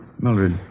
Mildred